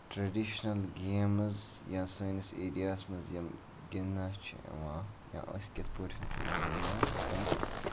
traditional games یا science ایریاہَس منٛز یِم گِندنہٕ چھِ یِوان یا أسۍ کِتھ پٲٹھۍ چھِ یہِ گِندان تٔمۍ